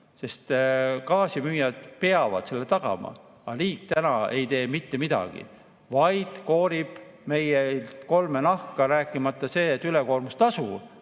sest gaasimüüjad peavad selle tagama. Aga riik täna ei tee mitte midagi, vaid koorib meilt kolme nahka, rääkimata sellest, et ülekoormustasu